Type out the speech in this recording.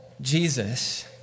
Jesus